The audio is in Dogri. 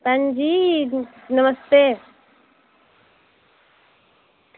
भैन जी नमस्ते